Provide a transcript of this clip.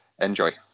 Enjoy